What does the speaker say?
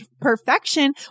perfection